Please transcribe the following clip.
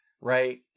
Right